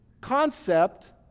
concept